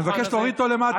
אני מבקש להוריד אותו למטה.